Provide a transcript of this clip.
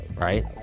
right